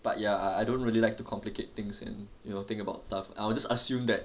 but ya I don't really like to complicate things in you know think about stuff I'll just assume that